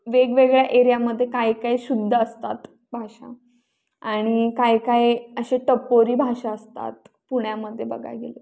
वेगवेगळ्या एरियामध्ये काही काही शुद्ध असतात भाषा आणि काही काही असे टपोरी भाषा असतात पुण्यामध्ये बघायला गेलं तर